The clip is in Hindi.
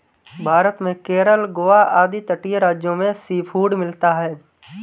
भारत में केरल गोवा आदि तटीय राज्यों में सीफूड मिलता है